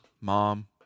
mom